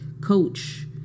coach